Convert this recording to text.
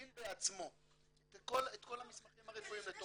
בעצמו את כל המסמכים הרפואיים לתוך -- חכה,